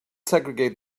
segregate